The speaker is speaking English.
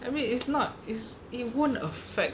I mean it's not it's it won't affect